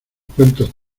cuentos